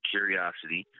Curiosity